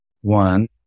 One